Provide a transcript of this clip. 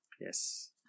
yes